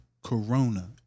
Corona